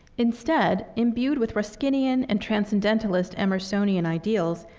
instead, imbued with ruskinian and transcendentalist emersonian ideals,